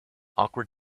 awkward